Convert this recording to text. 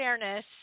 fairness